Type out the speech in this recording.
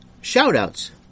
shout-outs